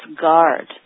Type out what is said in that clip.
guard